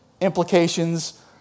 implications